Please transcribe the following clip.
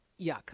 yuck